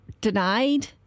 denied